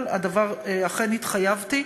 אבל אכן התחייבתי,